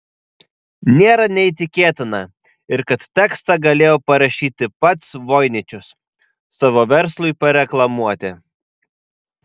nėra neįtikėtina ir kad tekstą galėjo parašyti pats voiničius savo verslui pareklamuoti